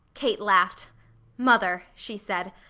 kate laughed mother, she said,